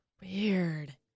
Weird